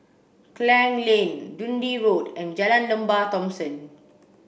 Klang Lane Dundee Road and Jalan Lembah Thomson